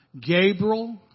Gabriel